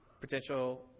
potential